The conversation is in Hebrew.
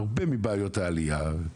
הרבה מבעיות העליה.